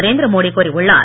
நரேந்திர மோடி கூறியுள்ளார்